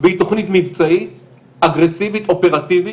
והיא תוכנית מבצעית אגרסיבית אופרטיבית,